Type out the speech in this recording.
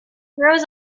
rose